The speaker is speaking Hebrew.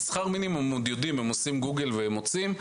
הם יודעים מהו שכר המינימום כי הם עושים גוגל והם מוצאים,